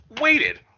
waited